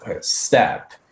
step